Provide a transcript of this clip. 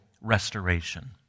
restoration